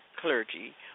clergy